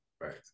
right